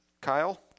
Kyle